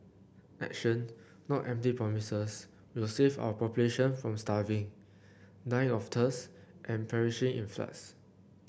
action not empty promises will save our populations from starving dying of thirst and perishing in floods